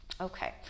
Okay